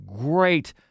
great